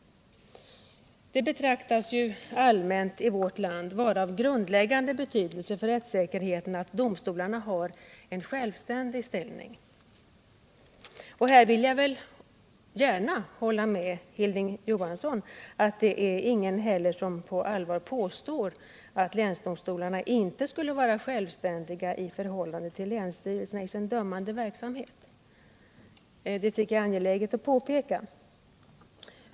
Det anses ju allmänt i vårt land vara av grundläggande betydelse för rättssäkerheten att domstolarna har en självständig ställning. Här vill jag gärna hålla med Hilding Johansson om att det inte heller är någon som på allvar påstår att länsdomstolarna inte skulle vara självständiga i förhållande till länsstyrelserna i sin dömande verksamhet. Det tycker jag är angeläget att påpeka.